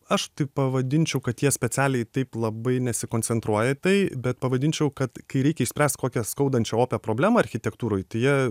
aš tai pavadinčiau kad jie specialiai taip labai nesikoncentruoja į tai bet pavadinčiau kad kai reikia išspręst kokią skaudančią opią problemą architektūroj tai jie